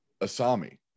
Asami